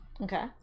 Okay